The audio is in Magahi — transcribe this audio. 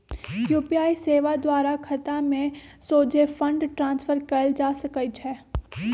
यू.पी.आई सेवा द्वारा खतामें सोझे फंड ट्रांसफर कएल जा सकइ छै